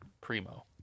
Primo